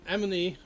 Emily